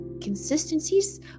consistencies